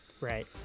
Right